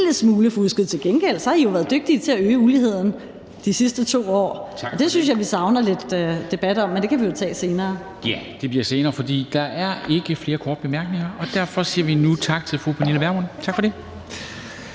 smule fusket. Til gengæld har I jo været dygtige til at øge uligheden de sidste 2 år. Det synes jeg vi savner lidt debat om, men det kan vi jo tage senere. Kl. 17:04 Formanden (Henrik Dam Kristensen): Ja, det bliver senere, for der er ikke flere korte bemærkninger, og derfor siger vi nu tak til fru Pernille Vermund. Tak for det.